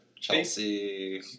Chelsea